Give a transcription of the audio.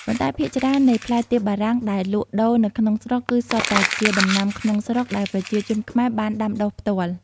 ប៉ុន្តែភាគច្រើននៃផ្លែទៀបបារាំងដែលលក់ដូរនៅក្នុងស្រុក គឺសុទ្ធតែជាដំណាំក្នុងស្រុកដែលប្រជាជនខ្មែរបានដាំដុះផ្ទាល់។